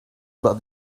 but